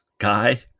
Guy